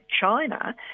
China